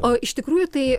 o iš tikrųjų tai